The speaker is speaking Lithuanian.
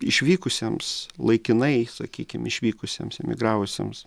išvykusiems laikinai sakykim išvykusiems emigravusiems